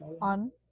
on